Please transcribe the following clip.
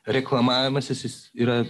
reklamavimasis jis yra